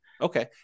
Okay